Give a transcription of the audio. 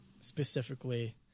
specifically